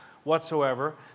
Whatsoever